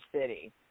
city